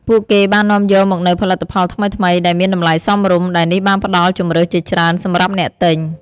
ពួកគេបាននាំយកមកនូវផលិតផលថ្មីៗដែលមានតម្លៃសមរម្យ ដែលនេះបានផ្តល់ជម្រើសជាច្រើនសម្រាប់អ្នកទិញ។